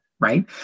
right